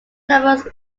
numerous